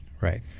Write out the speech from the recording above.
right